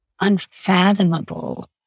unfathomable